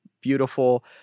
beautiful